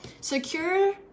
secure